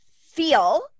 feel